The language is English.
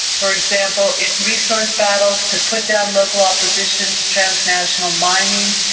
for example, in resource battles to put down local opposition to transnational mining.